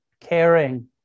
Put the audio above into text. caring